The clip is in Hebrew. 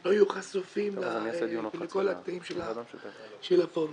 לא יהיו חשופים לכל התכנים של הפורנו.